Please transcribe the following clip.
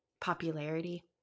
popularity